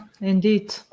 indeed